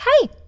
hey